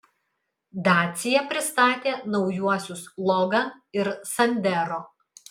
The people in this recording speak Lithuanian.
dacia pristatė naujuosius logan ir sandero